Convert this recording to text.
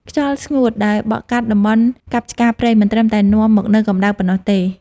ខ្យល់ស្ងួតដែលបក់កាត់តំបន់កាប់ឆ្ការព្រៃ មិនត្រឹមតែនាំមកនូវកម្ដៅប៉ុណ្ណោះទេ។